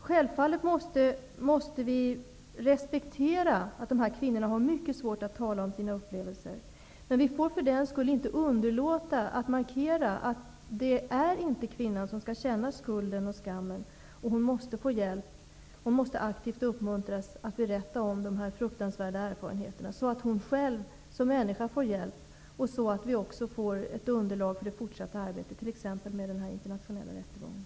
Självfallet måste vi respektera att dessa kvinnor har mycket svårt att tala om sina upplevelser, men man får för den skull inte underlåta att markera att det inte är kvinnan som skall känna skulden och skammen. Hon måste få hjälp och aktiv uppmuntran att berätta om de fruktansvärda erfarenheterna för att hon själv som människa skall få hjälp och för att man skall få ett underlag för det fortsatta arbetet med t.ex. den internationella rättegången.